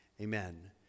Amen